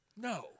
No